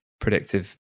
predictive